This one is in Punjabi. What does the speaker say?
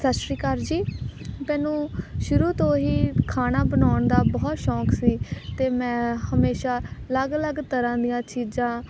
ਸਤਿ ਸ਼੍ਰੀ ਅਕਾਲ ਜੀ ਮੈਨੂੰ ਸ਼ੁਰੂ ਤੋਂ ਹੀ ਖਾਣਾ ਬਣਾਉਣ ਦਾ ਬਹੁਤ ਸ਼ੌਕ ਸੀ ਅਤੇ ਮੈਂ ਹਮੇਸ਼ਾ ਅਲੱਗ ਅਲੱਗ ਤਰ੍ਹਾਂ ਦੀਆਂ ਚੀਜ਼ਾਂ